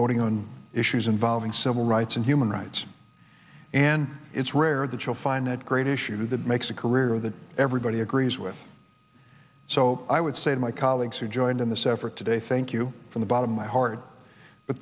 voting on issues involving civil rights and human rights and it's rare the child find that great issue that makes a career that everybody agrees with so i would say to my colleagues who joined in this effort today thank you from the bottom of my heart but